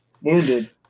Wounded